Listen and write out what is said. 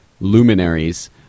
luminaries